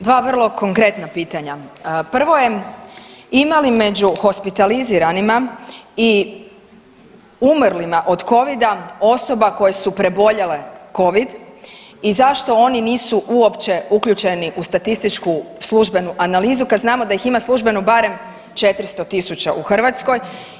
Dva vrlo konkretna pitanje, prvo je ima li među hospitaliziranima i umrlima od covida osoba koje su preboljele covid i zašto oni nisu uopće uključeni u statističku službenu analizu kad znamo da ih ima službeno barem 400.000 u Hrvatskoj?